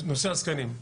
נושא הזקנים.